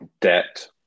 debt